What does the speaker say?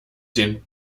den